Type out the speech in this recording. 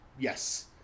yes